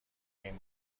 این